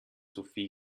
sophie